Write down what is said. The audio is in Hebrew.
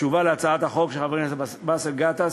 תשובה על הצעת החוק של חבר הכנסת באסל גטאס.